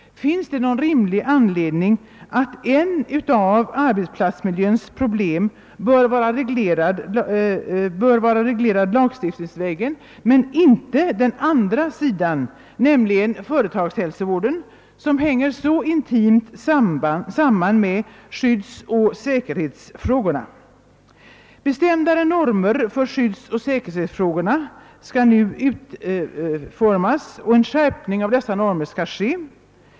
Finns det någon rimlig anledning till att ett av arbetsplatsmiljöns problem bör vara reglerat lagstiftningsvägen medan företagshälsovården, som utgör ett annat problem och hänger så intimt samman med skyddsoch säkerhetsfrågorna, inte skall vara det? Mer bestämda normer för skyddsoch säkerhetsfrågorna skall nu utformas, och en skärpning av dessa normer skall ske.